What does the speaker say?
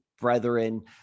brethren